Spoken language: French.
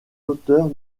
auteurs